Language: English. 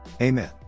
Amen